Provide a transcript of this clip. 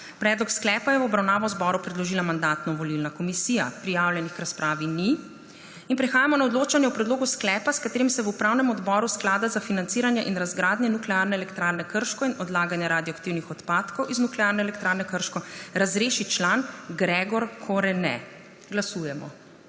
Predlog sklepa je v obravnavo Državnemu zboru predložila Mandatno-volilna komisija. Prijavljenih k razpravi ni. Prehajamo na odločanje o predlogu sklepa, s katerim se v Upravnem odboru Sklada za financiranje in razgradnje Nuklearne elektrarne Krško in odlaganje radioaktivnih odpadkov iz Nuklearne elektrarne Krško razreši član Gregor Korene. Glasujemo.